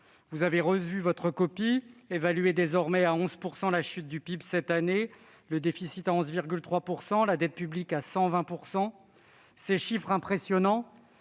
Vous avez revu votre copie et vous évaluez désormais à 11 % la chute du PIB cette année, le déficit à 11,3 % et la dette publique à 120 %. Ces chiffres impressionnants,